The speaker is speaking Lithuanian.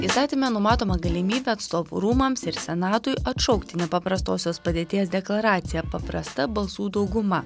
įstatyme numatoma galimybė atstovų rūmams ir senatui atšaukti nepaprastosios padėties deklaraciją paprasta balsų dauguma